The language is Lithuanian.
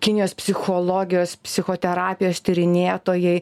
kinijos psichologijos psichoterapijos tyrinėtojai